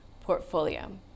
portfolio